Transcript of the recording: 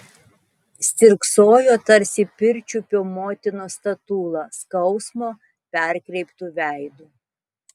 stirksojo tarsi pirčiupio motinos statula skausmo perkreiptu veidu